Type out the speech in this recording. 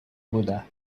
بودم